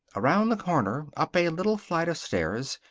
around the corner. up a little flight of stairs.